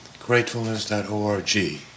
Gratefulness.org